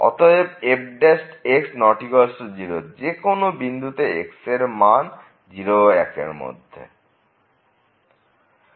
অতএব f≠0 যে কোন বিন্দুতে x এর মান 0 ও 1 এরমধ্যে